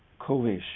Kovish